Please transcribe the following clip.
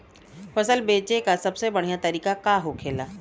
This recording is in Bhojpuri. फसल बेचे का सबसे बढ़ियां तरीका का होखेला?